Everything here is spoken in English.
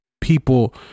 people